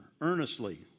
earnestly